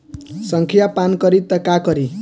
संखिया पान करी त का करी?